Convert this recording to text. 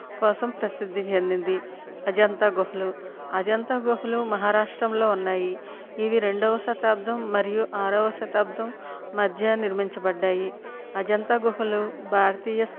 కోసం ప్రసిద్ధి చెందింది అజంతా గుహలు అజంతా గుహలు మహాష్ట్రంలో ఉన్నాయి ఇవి రెండవ శతాబ్ధం మరియు ఆరవ శతాబ్ధం మధ్య నిర్మించబడ్డాయి అజంతా గుహలు భారతీయ